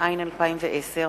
התש"ע 2010,